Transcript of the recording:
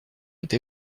été